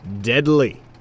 Deadly